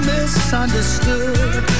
Misunderstood